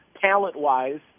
talent-wise